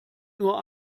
nur